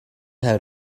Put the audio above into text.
have